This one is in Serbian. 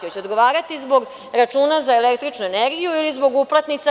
Hoće li odgovarati zbog računa za električnu energiju ili zbog uplatnica?